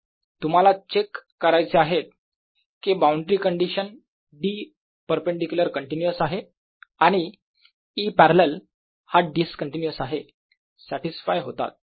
तुम्हाला चेक करायचे आहेत कि boundary condition D perpendicular continuous आहे आणि E पॅरलल हा डिसकंटीन्यूअस आहे सॅटिसफाय होतात